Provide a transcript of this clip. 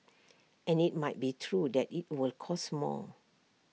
and IT might be true that IT will cost more